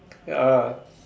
ya